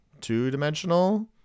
two-dimensional